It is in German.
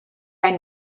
ein